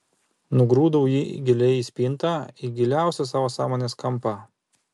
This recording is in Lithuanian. nugrūdau jį giliai į spintą į giliausią savo sąmonės kampą